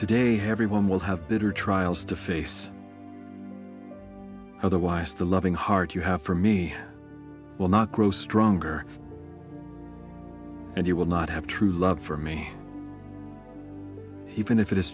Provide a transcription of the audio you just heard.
today heavy one will have better trials to face otherwise the loving heart you have for me will not grow stronger and you will not have true love for me even if it is